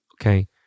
Okay